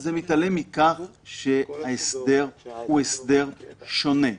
זה מתעלם מכך שההסדר הוא הסדר שונה.